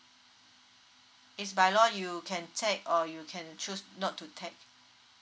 it's by law you can take or you can choose not to take